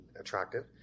attractive